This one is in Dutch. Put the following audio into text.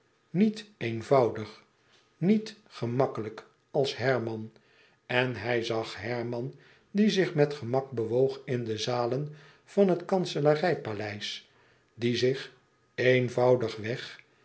niet eenvoudig niet gemakkelijk als herman en hij zag herman die zich met gemak bewoog in de zalen van het kanselarij paleis die zich eenvoudig weg